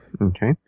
Okay